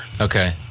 Okay